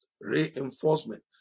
Reinforcement